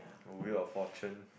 the Wheel of Fortune